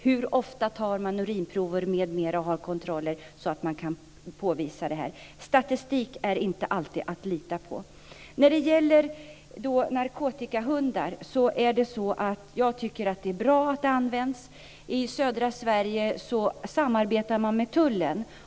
Hur ofta tar man urinprov m.m. och har kontroller så att man kan påvisa drogfrihet? Statistik är inte alltid att lita på. Jag tycker att det är bra att narkotikahundar används. I södra Sverige samarbetar man med tullen.